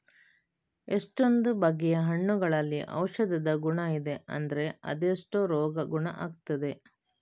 ಎಷ್ಟೊಂದು ಬಗೆಯ ಹಣ್ಣುಗಳಲ್ಲಿ ಔಷಧದ ಗುಣ ಇದೆ ಅಂದ್ರೆ ಅದೆಷ್ಟೋ ರೋಗ ಗುಣ ಆಗ್ತದೆ